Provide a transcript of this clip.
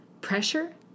Pressure